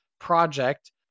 project